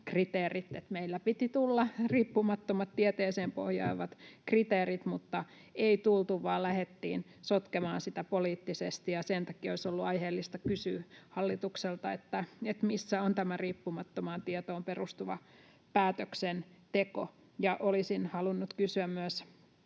meille piti tulla riippumattomat, tieteeseen pohjaavat kriteerit, mutta ei tullut, vaan lähdettiin sotkemaan niitä poliittisesti. Sen takia olisi ollut aiheellista kysyä hallitukselta, missä on tämä riippumattomaan tietoon perustuva päätöksenteko. Ja olisin halunnut kysyä myös